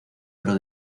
oro